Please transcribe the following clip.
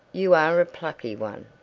you are a plucky one.